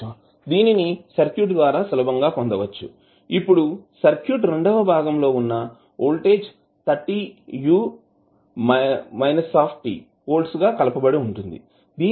దీనిని సర్క్యూట్ ద్వారా సులభంగా పొందవచ్చు ఇప్పుడు సర్క్యూట్ రెండవ భాగం లో ఉన్న వోల్టేజ్ 30u వోల్ట్స్ కలపబడి ఉంది